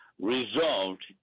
resolved